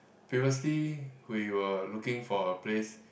previously we were looking for a place